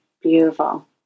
Beautiful